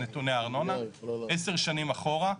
עשינו הרצה קדימה.